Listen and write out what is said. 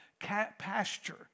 pasture